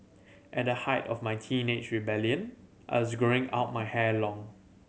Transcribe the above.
at the height of my teenage rebellion I was growing out my hair long